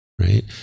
Right